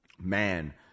man